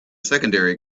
secondary